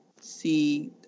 see